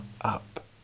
up